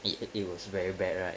it it was very bad right